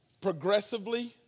progressively